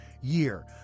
year